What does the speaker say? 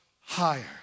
higher